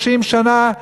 30 שנה,